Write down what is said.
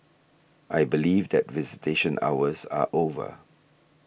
I believe that visitation hours are over